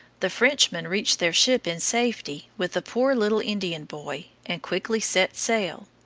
the frenchmen reached their ship in safety with the poor little indian boy, and quickly set sail.